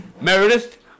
Meredith